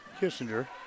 Kissinger